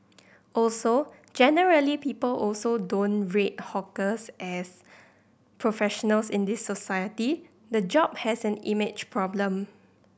also generally people also don't rate hawkers as professionals in this society the job has an image problem